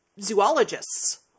zoologists